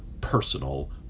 personal